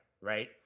right